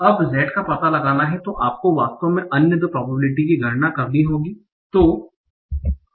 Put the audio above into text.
अब Z का पता लगाना है आपको वास्तव में अन्य दो संभावनाओं की भी गणना करनी है